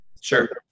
Sure